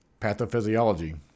Pathophysiology